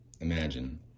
imagine